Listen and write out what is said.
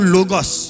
Logos